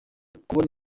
kubona